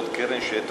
זאת קרן,